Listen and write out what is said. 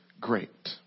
great